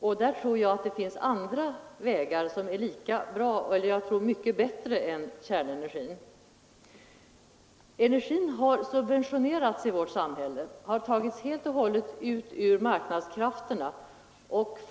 Och jag tror att det finns andra lösningar som är mycket bättre än kärnenergin. En viss sorts energi — oljan och elektriciteten — har subventionerats i vårt samhälle. Den har fått förtur när det gäller kapitaltilldelning.